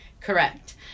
Correct